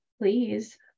Please